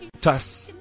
Tough